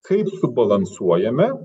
kaip subalansuojame